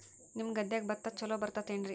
ನಿಮ್ಮ ಗದ್ಯಾಗ ಭತ್ತ ಛಲೋ ಬರ್ತೇತೇನ್ರಿ?